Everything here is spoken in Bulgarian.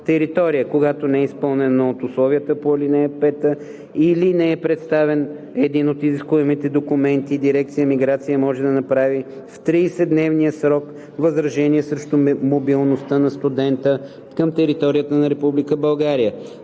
Когато не е изпълнено едно от условията по ал. 5 или не е представен един от изискуемите документи, дирекция „Миграция“ може да направи в 30-дневния срок възражение срещу мобилността на студента към територията на